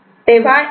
तेव्हा A